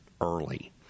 early